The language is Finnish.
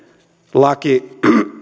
laki